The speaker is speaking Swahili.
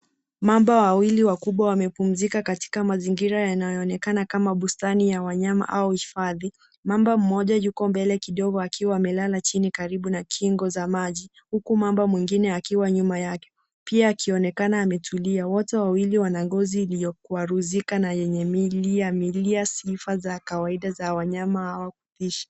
Mamba wawili wakubwa wamepumzika katika mazingira yanayo onekana kama bustani ya wanyama au hifadhi, mamba mmoja yuko mbele kidogo akiwa ame lala chini karibu na kingo za maji huku mamba mwingine akiwa nyuma yake pia akionekana akiwa ame tulia wote wawili wana ngozi iliyo kwaruzika na yenye milia milia sifa za kawaida za wanyama hao kuishi.